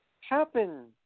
happen